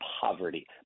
poverty